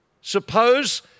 suppose